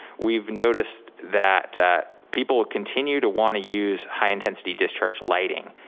we've noticed that that people continue to wanna use high intensity discharge lighting,